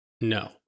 No